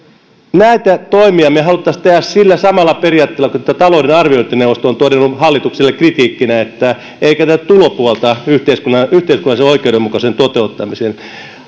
näitä toimia me haluaisimme tehdä sillä samalla periaatteella kuin tämä talouden arviointineuvosto on todennut hallitukselle kritiikkinä että ei käytetä tulopuolta yhteiskunnallisen oikeudenmukaisuuden toteuttamiseen